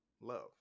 love